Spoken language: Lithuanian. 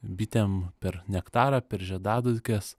bitėm per nektarą per žiedadulkes